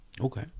Okay